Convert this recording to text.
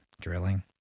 drilling